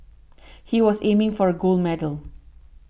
he was aiming for a gold medal